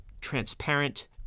transparent